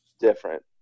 different